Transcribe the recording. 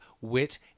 wit